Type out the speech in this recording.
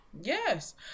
Yes